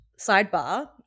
sidebar